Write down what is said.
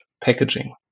packaging